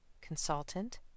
consultant